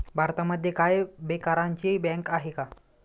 भारतामध्ये काय बेकारांची बँक आहे का?